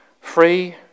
free